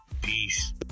Peace